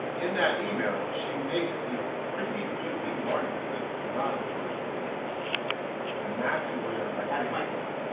in that email she makes the pretty good legal argument that it's not an emergency matter and that's where that's my concern.